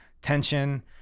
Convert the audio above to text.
tension